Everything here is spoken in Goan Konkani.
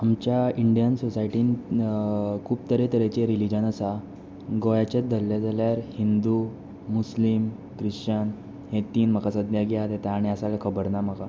आमच्या इंडियन सोसायटीन खूब तरेतरेचे रिलीजन आसा गोंयाचेच धरले जाल्यार हिंदू मुस्लीम ख्रिश्चन हे तीन म्हाका सद्द्या याद येता आनी आसा जाल्यार खबर ना म्हाका